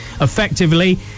effectively